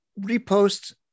repost